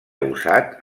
usat